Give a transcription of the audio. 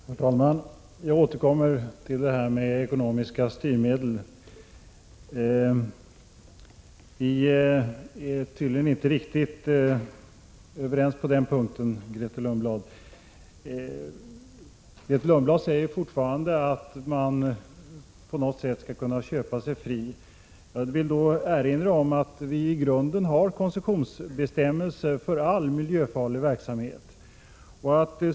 Herr talman! Jag återkommer till detta med ekonomiska styrmedel. Vi är, Grethe Lundblad, tydligen inte riktigt överens på den punkten. Grethe Lundblad säger fortfarande att man på något sätt skall kunna köpa sig fri. Jag vill då erinra om att vi i grunden har koncessionsbestämmelser för all miljöfarlig verksamhet.